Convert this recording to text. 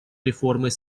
реформой